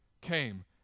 came